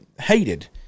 hated